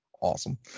Awesome